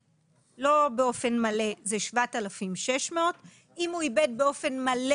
לא באופן מלא זה 7,600 ₪; אם הוא איבד מכושרו להשתכר באופן מלא